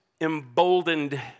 emboldened